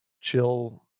chill